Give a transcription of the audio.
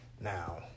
Now